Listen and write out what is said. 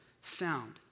found